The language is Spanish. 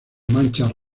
manchas